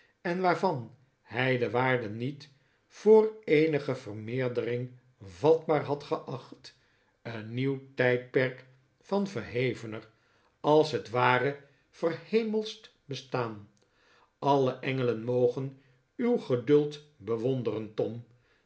en waaryan hij dp waarde niet voor eenige vermeerdering vatbaar had geacht een nieuw tijdperk van verhevener r als het ware verhemelscht bestaan alle engelen mogen uw geduld bewonderen tom